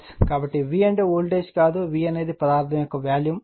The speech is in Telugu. కాబట్టి V వోల్టేజ్ కాదు V అనేది పదార్థం యొక్క వాల్యూమ్